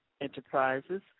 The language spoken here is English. Enterprises